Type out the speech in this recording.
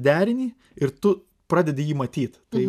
derinį ir tu pradedi jį matyt tai